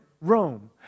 Rome